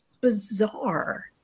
bizarre